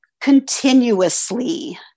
continuously